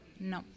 No